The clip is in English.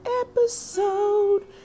episode